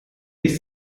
ist